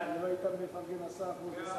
תשובה למה?